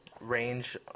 range